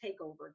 takeover